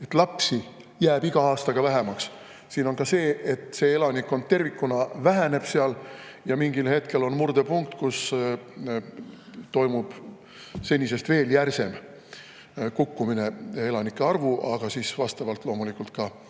et lapsi jääb iga aastaga vähemaks. Siin on ka see, et elanikkond tervikuna väheneb seal. Mingil hetkel on murdepunkt, kus toimub senisest veel järsem kukkumine elanike arvus, aga siis loomulikult ka